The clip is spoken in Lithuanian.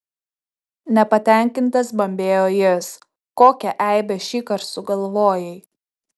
nepatenkintas bambėjo jis kokią eibę šįkart sugalvojai